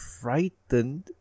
frightened